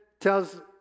tells